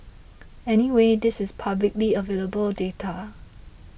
anyway this is publicly available data